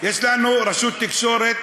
יש לנו רשות תקשורת,